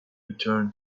return